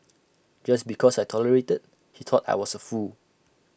just because I tolerated he thought I was A fool